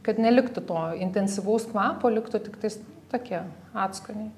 kad neliktų to intensyvaus kvapo liktų tiktais tokie atskoniai